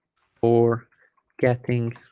for getting